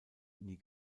nie